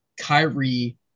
Kyrie